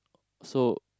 so